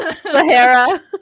Sahara